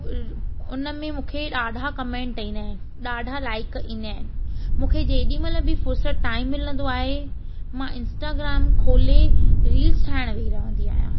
उन में मूंखे ॾाढा कमैंट ईंदा आहिनि ॾाढा लाइक ईंदा आहिनि मूंखे जेॾीमहिल बि फ़ुर्सत टाइम मिलंदो आहे मां इंस्टाग्राम खोले रील्स ठाहिणु विही रहंदी आहियां